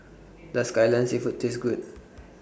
Does Kai Lan Seafood Taste Good